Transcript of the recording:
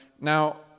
Now